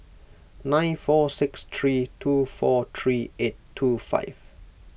nine four six three two four three eight two five